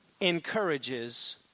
encourages